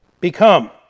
become